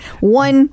one